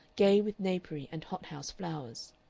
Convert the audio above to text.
gay with napery and hot-house flowers.